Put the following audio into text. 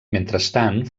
mentrestant